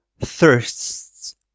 thirsts